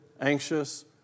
anxious